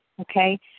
Okay